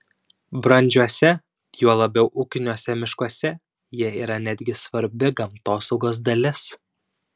brandžiuose juo labiau ūkiniuose miškuose jie yra netgi svarbi gamtosaugos dalis